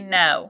no